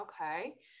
okay